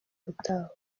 gutahuka